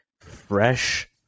fresh